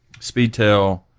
Speedtail